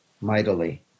mightily